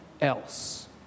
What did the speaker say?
else